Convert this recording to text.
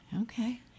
Okay